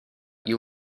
you